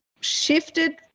shifted